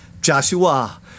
Joshua